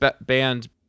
band